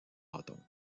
bâton